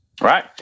Right